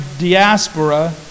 diaspora